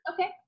Okay